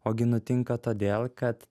o gi nutinka todėl kad